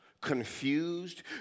confused